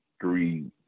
three